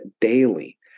daily